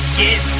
get